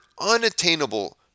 unattainable